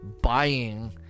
buying